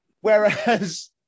whereas